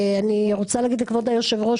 אני רוצה להגיד לכבוד יושב הראש,